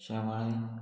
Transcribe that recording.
शेवाळें